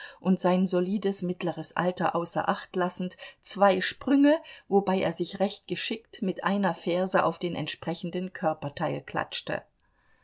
und sein solides mittleres alter außer acht lassend zwei sprünge wobei er sich recht geschickt mit einer ferse auf den entsprechenden körperteil klatschte